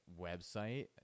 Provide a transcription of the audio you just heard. website